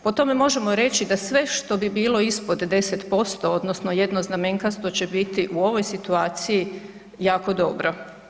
Po tome možemo reći da sve što bi bilo ispod 10% odnosno jednoznamenkasto će biti u ovoj situaciji jako dobro.